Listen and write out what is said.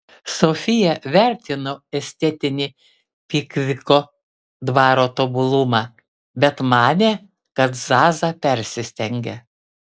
sofija vertino estetinį pikviko dvaro tobulumą bet manė kad zaza persistengia